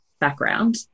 background